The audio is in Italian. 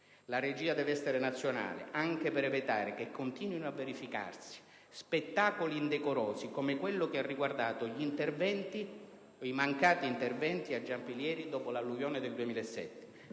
La regia deve essere nazionale, anche per evitare che continuino a verificarsi spettacoli indecorosi, come quello che ha riguardato i mancati interventi a Giampilieri dopo l'alluvione del 2007.